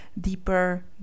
Deeper